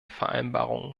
vereinbarungen